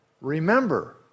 Remember